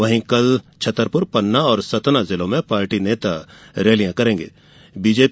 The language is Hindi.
वहीं कल छतरपुर पन्ना सतना जिलो में पार्टी नेता रैलियां करेंगे